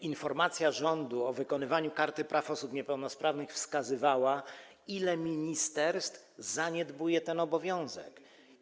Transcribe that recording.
Informacja rządu o wykonywaniu Karty Praw Osób Niepełnosprawnych wskazywała, ile ministerstw zaniedbuje ten obowiązek.